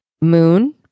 Moon